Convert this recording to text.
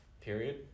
period